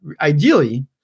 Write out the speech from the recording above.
ideally